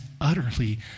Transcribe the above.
utterly